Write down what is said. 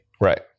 Right